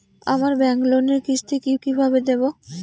আমার ব্যাংক লোনের কিস্তি কি কিভাবে দেবো?